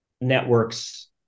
networks